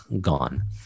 gone